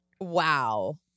Wow